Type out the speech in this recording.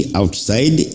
outside